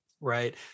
right